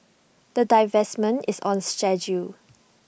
the divestment is on schedule